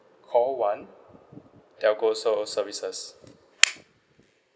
call one telco s~ services